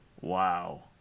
Wow